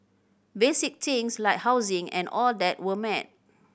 basic things like housing and all that were met